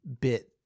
bit